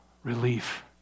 Relief